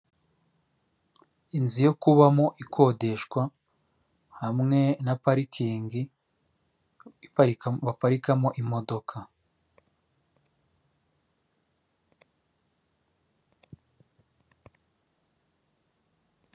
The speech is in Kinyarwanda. Inzu yo kubamo ikodeshwa hamwe na parikingi baparikamo imodoka.